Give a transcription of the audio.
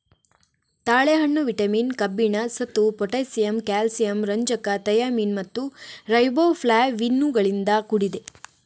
ತಾಳೆಹಣ್ಣು ವಿಟಮಿನ್, ಕಬ್ಬಿಣ, ಸತು, ಪೊಟ್ಯಾಸಿಯಮ್, ಕ್ಯಾಲ್ಸಿಯಂ, ರಂಜಕ, ಥಯಾಮಿನ್ ಮತ್ತು ರೈಬೋಫ್ಲಾವಿನುಗಳಿಂದ ಕೂಡಿದೆ